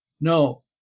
No